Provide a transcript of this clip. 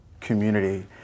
community